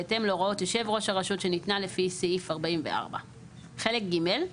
בהתאם להוראת יושב ראש הרשות שניתנה לפי סעיף 44. חלק ג'